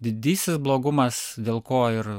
didysis blogumas dėl ko ir